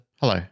Hello